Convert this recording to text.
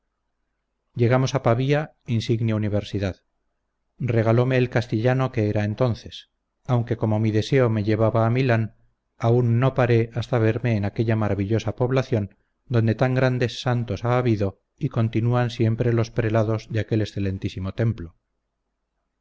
llegamos a pavía insigne universidad regalome el castellano que era entonces aunque como mi deseo me llevaba a milán an no paré hasta verme en aquella maravillosa población donde tan grandes santos ha habido y continúan siempre los prelados de aquel excelentísimo templo